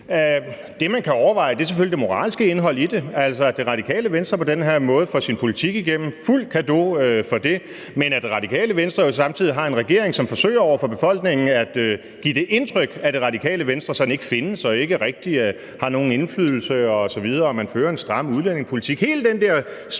Det, man kan overveje, er selvfølgelig det moralske indhold i det, altså at Det Radikale Venstre på den her måde får sin politik igennem, fuld cadeau for det, men at Det Radikale Venstre samtidig har en regering, som forsøger over for befolkningen at give det indtryk, at Det Radikale Venstre ikke findes og ikke rigtig har nogen indflydelse osv., og at man fører en stram udlændingepolitik,